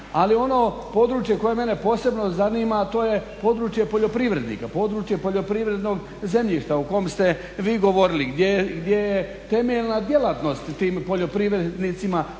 Ali ono područje koje mene posebno zanima, a to je područje poljoprivrednika, područje poljoprivrednog zemljišta o kom ste vi govorili gdje je temeljna djelatnost tim poljoprivrednicima